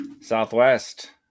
Southwest